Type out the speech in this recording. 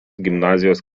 gimnazijos